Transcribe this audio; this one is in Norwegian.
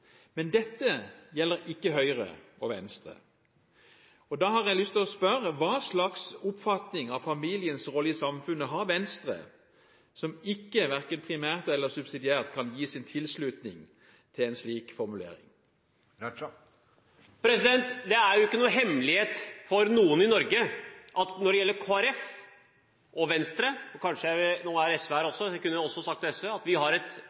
Men dette gjelder ikke Høyre og Venstre. Da har jeg lyst til å spørre: Hva slags oppfatning av familiens rolle i samfunnet har Venstre, som verken primært eller subsidiært kan gi sin tilslutning til en slik formulering? Det er jo ingen hemmelighet for noen i Norge at Kristelig Folkeparti og Venstre, og kanskje også SV, som nå er representert i salen, har et